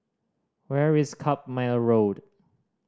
where is Carpmael Road